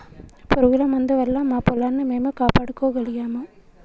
పురుగుల మందు వల్ల మా పొలాన్ని మేము కాపాడుకోగలిగాము